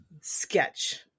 sketch